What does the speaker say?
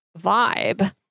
vibe